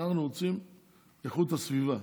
אנחנו רוצים איכות סביבה.